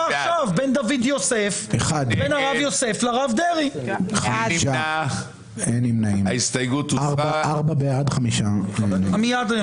בין דוד יוסף לבין הרב דרעי- - נצביע על הסתייגות 214. מי בעד?